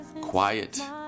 quiet